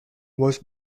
was